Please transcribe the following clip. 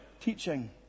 teaching